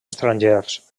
estrangers